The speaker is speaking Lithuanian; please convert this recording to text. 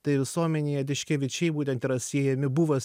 tai visuomenėje tiškevičiai būtent yra siejami